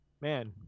man